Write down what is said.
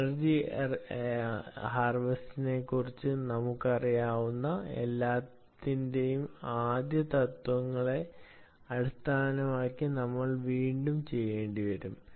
energy ഹാർവെസ്റ്റിനെക്കുറിച്ച് നമുക്കറിയാവുന്ന എല്ലാറ്റിന്റെയും ആദ്യ തത്വങ്ങളെ അടിസ്ഥാനമാക്കി നമുക്ക് വീണ്ടും ചെയ്യേണ്ടിവരും